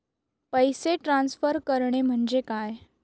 पैसे ट्रान्सफर करणे म्हणजे काय?